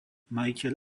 majiteľ